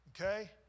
okay